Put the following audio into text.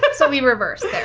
but so we reversed,